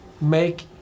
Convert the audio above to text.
make